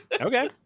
Okay